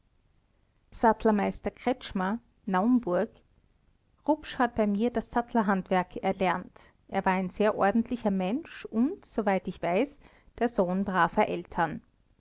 sattlermeister kretzschmer naumburg a d s rupsch hat bei mir das sattlerhandwerk erlernt er war ein sehr ordentlicher mensch und soweit ich weiß der sohn braver eltern